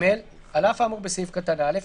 (ג)על אף האמור בסעיף קטן (א),